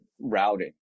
routing